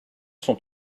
sont